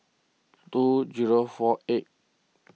two zero four eighth